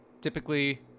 typically